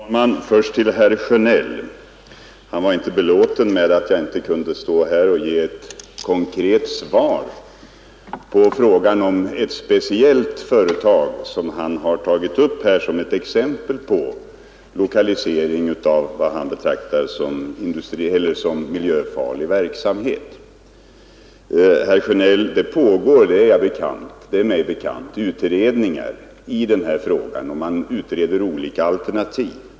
Fru talman! Jag vill först vända mig till herr Sjönell. Han var inte belåten med att jag inte kunde ge ett konkret svar på en fråga om ett speciellt företag, som han har tagit upp som ett exempel på lokalisering av vad han betraktar som miljöfarlig verksamhet. Herr Sjönell! Det är mig bekant att det pågår utredningar i denna fråga och att man överväger olika alternativ.